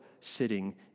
sitting